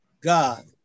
God